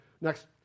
next